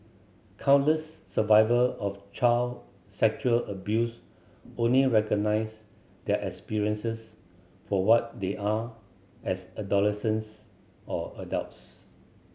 countless survivor of child sexual abuse only recognise their experiences for what they are as adolescents or adults